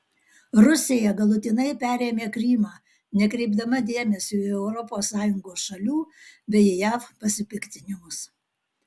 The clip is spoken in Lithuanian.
rusija galutinai perėmė krymą nekreipdama dėmesio į europos sąjungos šalių bei jav pasipiktinimus